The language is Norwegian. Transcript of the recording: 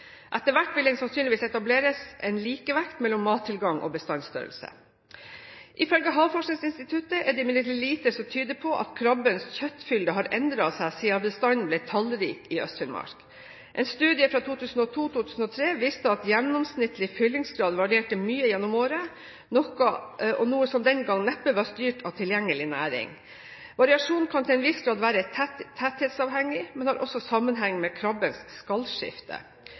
Etter hvert vil det sannsynligvis etableres en likevekt mellom mattilgang og bestandsstørrelse. Ifølge Havforskningsinstituttet er det imidlertid lite som tyder på at krabbens kjøttfylde har endret seg siden bestanden ble tallrik i Øst-Finnmark. En studie fra 2002/2003 viste at gjennomsnittlig fyllingsgrad varierte mye gjennom året, noe som den gang neppe var styrt av tilgjengelig næring. Variasjonen kan til en viss grad være tetthetsavhengig, men har også sammenheng med krabbens